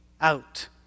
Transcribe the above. out